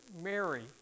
Mary